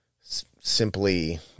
simply